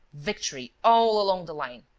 victory all along the line.